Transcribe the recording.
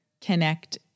connect